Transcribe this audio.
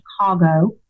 Chicago